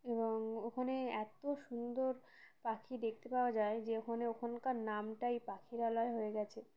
এবং ওখানে এত সুন্দর পাখি দেখতে পাওয়া যায় যে ওখানে ওখানকার নামটাই পাখিরালয় হয়ে গেছে